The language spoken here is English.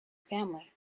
family